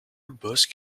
bosc